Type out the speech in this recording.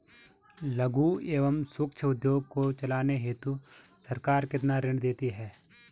लघु एवं सूक्ष्म उद्योग को चलाने हेतु सरकार कितना ऋण देती है?